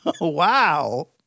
Wow